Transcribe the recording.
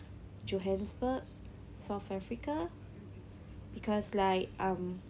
johannesburg south africa because like um